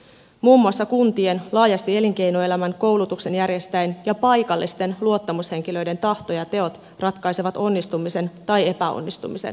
muun muassa kuntien laajasti elinkeinoelämän koulutuksen järjestäjien ja paikallisten luottamushenkilöiden tahto ja teot ratkaisevat onnistumisen tai epäonnistumisen